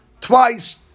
twice